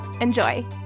Enjoy